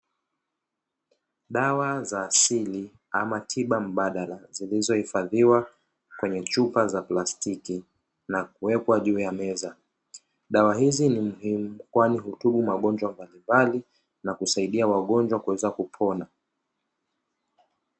Dawa za asili ama tiba mbadala zilizohifadhiwa kwenye chupa za plastiki na kuwekwa juu ya meza, dawa hizi ni, kwani hutibu magonjwa mbalimbali na kusaidia wagonjwa kuweza kupona.